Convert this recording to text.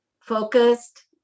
focused